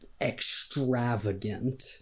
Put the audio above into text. extravagant